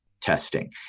testing